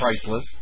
priceless